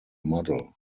model